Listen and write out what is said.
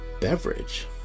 beverage